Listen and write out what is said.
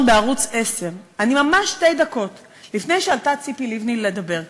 בערוץ 10. ממש שתי דקות לפני שעלתה ציפי לבני לדבר כאן,